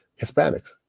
Hispanics